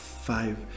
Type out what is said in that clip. five